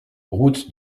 route